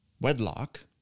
wedlock